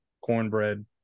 cornbread